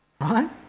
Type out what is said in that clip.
Right